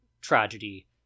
tragedy